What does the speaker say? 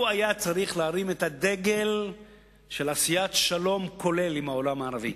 הוא היה צריך להרים את הדגל של עשיית שלום כולל עם העולם הערבי,